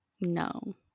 No